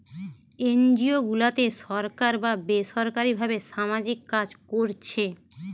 NGO গুলাতে সরকার বা বেসরকারী ভাবে সামাজিক কাজ কোরছে